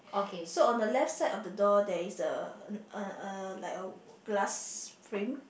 so on the left side of the door there is a a a like a glass frame